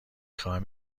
خواهم